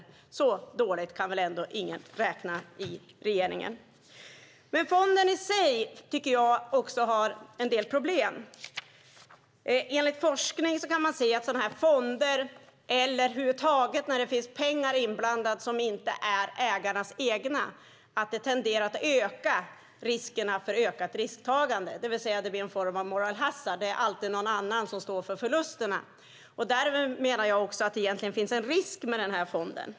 Så dåligt räknar väl ändå ingen i regeringen. Fonden i sig har, tycker jag, en del problem. Forskning visar att fonder, eller över huvud taget när det finns pengar inblandade som inte är ägarnas egna, tenderar att leda till ökat risktagande, det vill säga leda till en form av moral hazard; det är alltid någon annan som står för förlusterna. Därför menar jag att det egentligen finns en risk med denna fond.